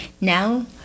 Now